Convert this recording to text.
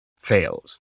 fails